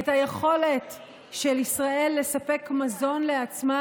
את היכולת של ישראל לספק מזון לעצמה